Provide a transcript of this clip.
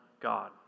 God